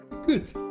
Good